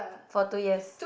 for two years